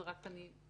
אני רק מעדכנת.